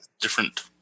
Different